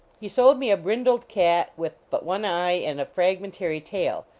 he sold me a brindled cat with but one eye and a fragment ary tail.